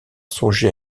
songé